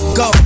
go